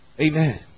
Amen